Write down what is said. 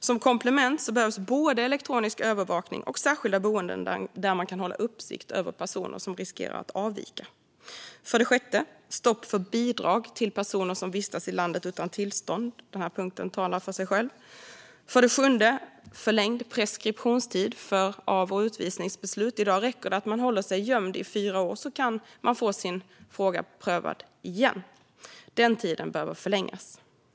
Som komplement behövs både elektronisk övervakning och särskilda boenden där man kan hålla uppsikt över personer som riskerar att avvika. Stopp för bidrag till personer som vistas i landet utan tillstånd. Den punkten talar för sig själv. Förlängd preskriptionstid för av och utvisningsbeslut. I dag räcker det att man håller sig gömd i fyra år, och sedan kan man få sitt ärende prövat igen. Den tiden behöver förlängas.